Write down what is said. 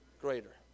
Greater